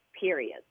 period